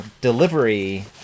delivery